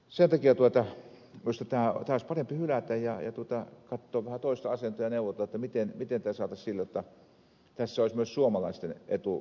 sen takia minusta tämä olisi parempi hylätä ja katsoa vähän toista asentoa ja neuvotella miten tämä saataisiin sillä lailla jotta tässä olisi myös suomalaisten etu olemassa